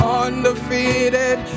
undefeated